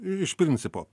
iš principo